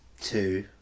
two